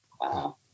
wow